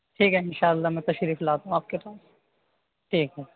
ٹھیک ہے ان شاء اللہ میں تشریف لاتا ہوں آپ کے پاس ٹھیک ہے